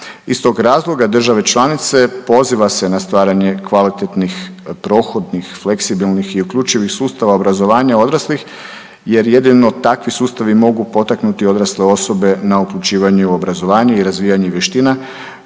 Iz tog razloga države članice poziva se na stvaranje kvalitetnih, prohodnih, fleksibilnih i uključivih sustava obrazovanja odraslih jer jedino takvi sustavi mogu potaknuti odrasle osobe na uključivanje u obrazovanje i razvijanje vještina